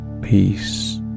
peace